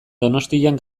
donostian